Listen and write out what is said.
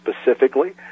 specifically